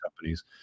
companies